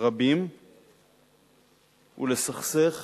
רבים ולסכסך